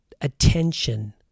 attention